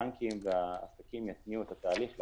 רק חיכינו שהבנקים והעסקים יתניעו את התהליך.